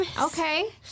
Okay